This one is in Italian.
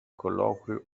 colloquio